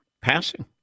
passing